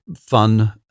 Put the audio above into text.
fun